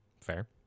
Fair